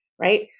Right